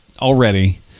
already